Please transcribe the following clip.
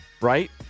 right